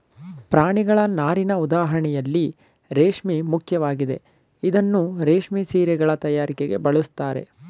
ಪ್ರಾಣಿಗಳ ನಾರಿನ ಉದಾಹರಣೆಯಲ್ಲಿ ರೇಷ್ಮೆ ಮುಖ್ಯವಾಗಿದೆ ಇದನ್ನೂ ರೇಷ್ಮೆ ಸೀರೆಗಳ ತಯಾರಿಕೆಗೆ ಬಳಸ್ತಾರೆ